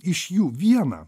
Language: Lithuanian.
iš jų vieną